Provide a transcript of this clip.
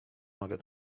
mogę